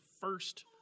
first